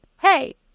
hey